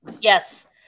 Yes